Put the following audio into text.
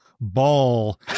ball